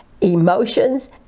emotions